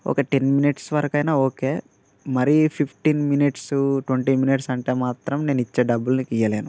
ఒక ten minutes వరకు అయినా ఓకే మరీ ఫిఫ్టీన్ మినిట్స్ ట్వంటీ మినిట్స్ అంటే మాత్రం నేను ఇచ్చే డబ్బులు నీకు ఇయ్యను